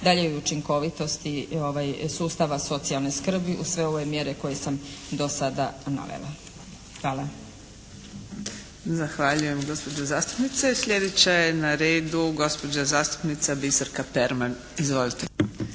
daljnjoj učinkovitosti sustava socijalne skrbi uz sve ove mjere koje sam do sada navela. Hvala.